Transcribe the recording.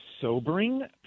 sobering